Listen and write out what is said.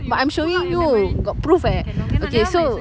but I'm showing you got proof eh okay so